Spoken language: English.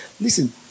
Listen